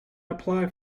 apply